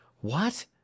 What